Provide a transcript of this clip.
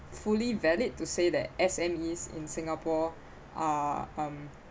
fully valid to say that S_M_Es in singapore uh